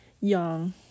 young